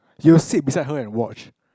you sit beside her and watch